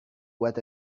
what